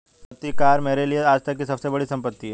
Maruti car मेरे लिए आजतक की सबसे बड़ी संपत्ति है